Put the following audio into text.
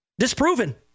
Disproven